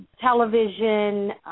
television